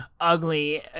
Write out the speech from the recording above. ugly